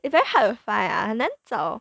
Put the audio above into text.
it's very hard to find ah 很难找